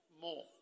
more